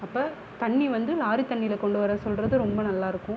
அப்போ தண்ணி வந்து லாரி தண்ணியில் கொண்டு வர சொல்கிறது ரொம்ப நல்லாயிருக்கும்